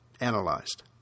analyzed